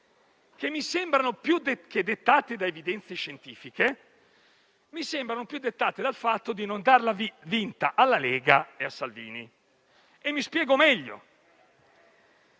che, più che dettate da evidenze scientifiche, mi sembrano dettate dal fatto di non darla vinta alla Lega e a Salvini. Mi spiego meglio.